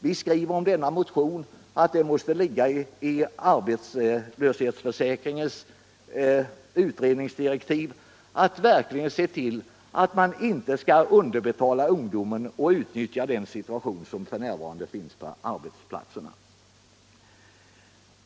Vi skriver om denna motion att det måste ligga i arbetslöshetsförsäkringens utredningsdirektiv att verkligen se till att man inte underbetalar ungdomen och utnyttjar den situation som f. n. råder på arbetsplatserna.